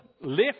lift